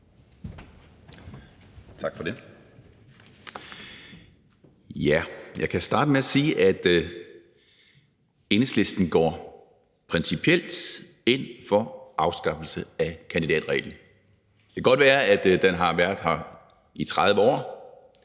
Tak for det. Jeg kan starte med at sige, at Enhedslisten går principielt ind for afskaffelse af kandidatreglen. Det kan godt være, at den har været her i 30 år,